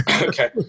Okay